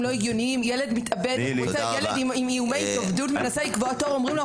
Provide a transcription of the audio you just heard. ילד עם איומי אובדנות מנסה לקבוע תור ואומרים לו: